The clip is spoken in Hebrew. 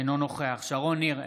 אינו נוכח שרון ניר,